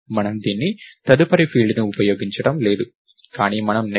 మనము దీన్ని తదుపరి ఫీల్డ్ని ఉపయోగించడం లేదు కానీ మనము నెక్స్ట్